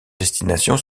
destinations